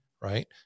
right